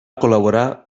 col·laborar